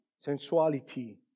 Sensuality